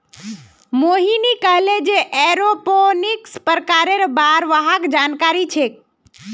मोहिनी कहले जे एरोपोनिक्सेर प्रकारेर बार वहाक जानकारी छेक